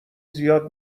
زیاد